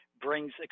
brings